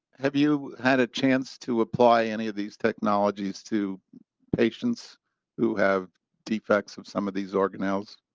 have you had a chance to apply any of these technologies to patients who have defects of some of these organelle?